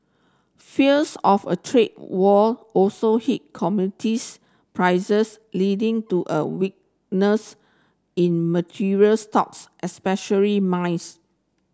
fears of a trade war also hit commodities prices leading to a weakness in materials stocks especially mines